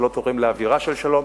זה לא תורם לאווירה של שלום,